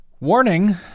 warning